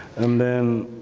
and then